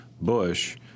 Bush